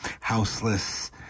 houseless